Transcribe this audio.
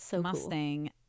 Mustang